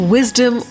Wisdom